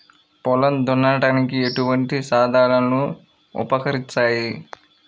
పొలం దున్నడానికి ఎటువంటి సాధనాలు ఉపకరిస్తాయి?